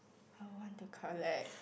I want to collect